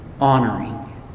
honoring